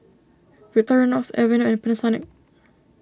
Victorinox Aveeno and Panasonic